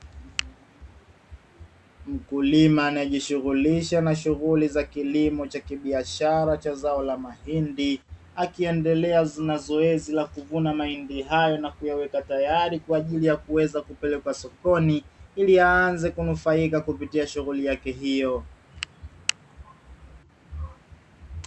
Mkulima anaejishughulisha na shughuli za kilimo cha biashara cha zao la mahindi, akiendelea na zoezi la kuvuna mahindi hayo na kuyaweka tayari, kwa ajili ya kuweza kupelekwa sokoni ili aanze kunufaika kupitia shughuli yake hiyo.